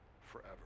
forever